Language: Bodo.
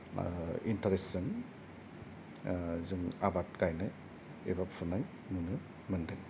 इन्तारेसजों जों आबाद गायनाय एबा फुनाय नुनो मोनदों